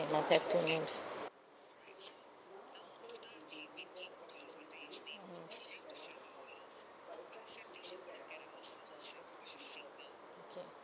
must have two names okay